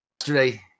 yesterday